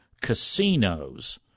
casinos